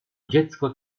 dziecko